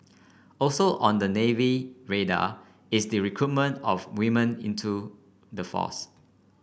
also on the Navy radar is the recruitment of women into the force